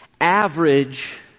Average